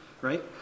right